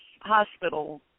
hospital